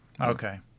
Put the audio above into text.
Okay